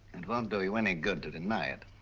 and won't do you any good to deny it.